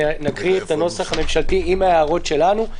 נקריא את הנוסח הממשלתי עם ההערות שלנו.